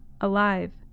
alive